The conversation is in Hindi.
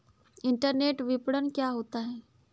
इंटरनेट विपणन क्या होता है?